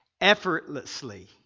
Effortlessly